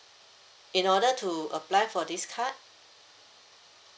in order to apply for this card